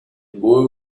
boy